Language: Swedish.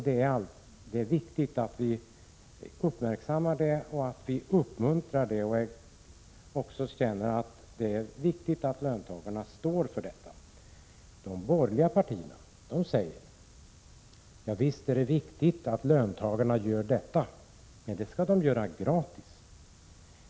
Det är viktigt att vi uppmärksammar och uppmuntrar detta arbete, och det är också viktigt att löntagarna ansvarar för denna uppgift. Representanterna för de borgerliga partierna säger: Visst är det viktigt att löntagarna gör detta, men de skall göra det gratis.